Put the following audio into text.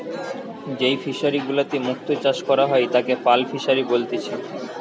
যেই ফিশারি গুলাতে মুক্ত চাষ করা হয় তাকে পার্ল ফিসারী বলেতিচ্ছে